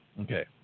Okay